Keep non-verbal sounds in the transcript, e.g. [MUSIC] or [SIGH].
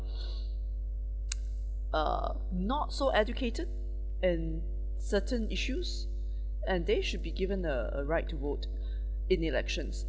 [BREATH] [NOISE] uh not so educated in certain issues and they should be given a a right to vote [BREATH] in elections